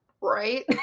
right